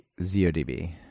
ZODB